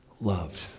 loved